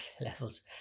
Levels